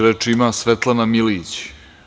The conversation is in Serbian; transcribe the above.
Reč ima Svetlana Milijić.